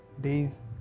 days